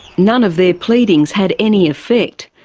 none of their pleadings had any effect.